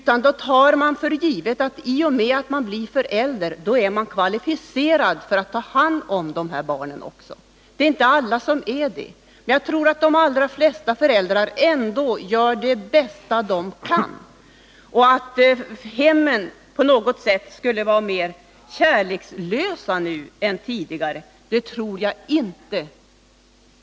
Man tar för givet att i och med att man blir förälder, då är man kvalificerad att ta hand om sitt barn. Men alla är inte det. Jag tror ändå att de allra flesta föräldrar gör det bästa de kan. Att hemmen på något sätt skulle vara mer kärlekslösa nu än tidigare tror jag inte.